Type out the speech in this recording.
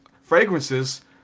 fragrances